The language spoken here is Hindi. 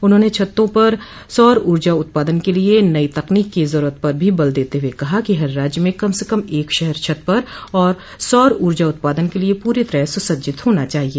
उन्होंने छतों पर सौर ऊर्जा उत्पादन के लिए नई तकनीक की जरूरत पर भी बल देते हुए कहा कि हर राज्य में कम से कम एक शहर छत पर सौर ऊर्जा उत्पादन के लिए पूरी तरह सुसज्जित होना चाहिए